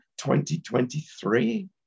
2023